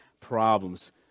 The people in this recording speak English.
problems